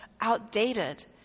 outdated